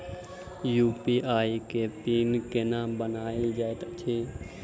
UPI केँ PIN केना बनायल जाइत अछि